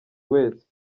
wese